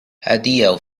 adiaŭ